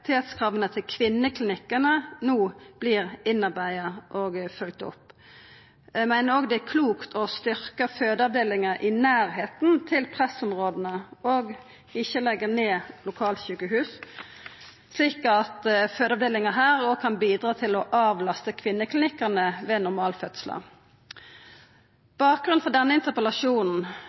til kvinneklinikkane no vert innarbeidde og følgde opp. Eg meiner òg det er klokt å styrkja fødeavdelingar i nærleiken av pressområda og ikkje leggja ned lokalsjukehus, slik at fødeavdelingar her kan bidra til å avlasta kvinneklinikkane ved normalfødslar. Bakgrunnen for denne interpellasjonen